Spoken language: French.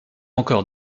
encore